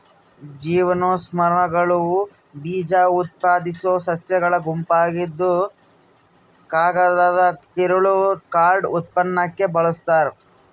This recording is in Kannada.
ಜಿಮ್ನೋಸ್ಪರ್ಮ್ಗಳು ಬೀಜಉತ್ಪಾದಿಸೋ ಸಸ್ಯಗಳ ಗುಂಪಾಗಿದ್ದುಕಾಗದದ ತಿರುಳು ಕಾರ್ಡ್ ಉತ್ಪನ್ನಕ್ಕೆ ಬಳಸ್ತಾರ